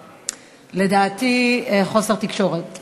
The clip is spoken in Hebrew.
לדעתי, חוסר תקשורת.